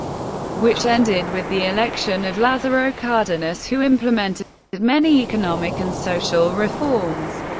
which ended with the election of lazaro cardenas, who implemented many economic and social reforms.